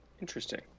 Interesting